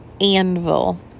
anvil